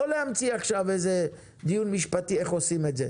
לא להמציא עכשיו איזה דיון משפטי איך עושים את זה.